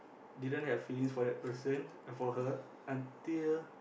didn't have feelings for that person uh for her until